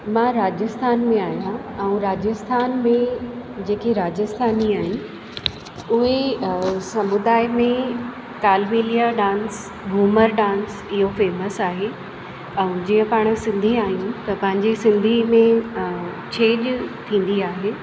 मां राजस्थान में आहियां ऐं राजस्थान में जेके राजस्थानी आहिनि उहे समुदाय में तालबेलिया डांस घूमर डांस इहो फेमस आहे ऐं जीअं पाण सिंधी आहियूं त पंहिंजी सिंधी में छेज थींदी आहे